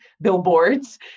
billboards